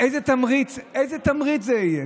איזה תמריץ זה יהיה?